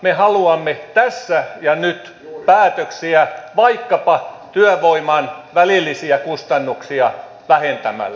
me haluamme tässä ja nyt päätöksiä vaikkapa työvoiman välillisiä kustannuksia vähentämällä